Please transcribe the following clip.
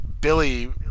Billy